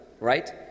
right